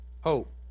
hope